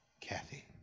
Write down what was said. Kathy